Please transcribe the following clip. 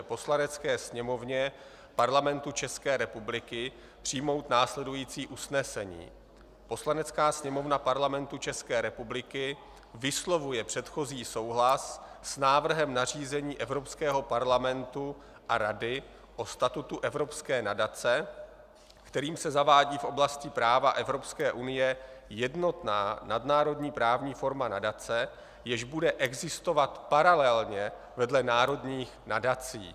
Poslanecké sněmovně Parlamentu České republiky přijmout následující usnesení: Poslanecká sněmovna Parlamentu České republiky vyslovuje předchozí souhlas s návrhem nařízení Evropského parlamentu a Rady o statutu evropské nadace, kterým se zavádí v oblasti práva Evropské unie jednotná nadnárodní právní forma nadace, jež bude existovat paralelně vedle národních nadací.